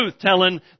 telling